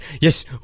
yes